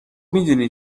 میدونی